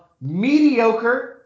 Mediocre